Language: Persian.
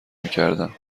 میکردم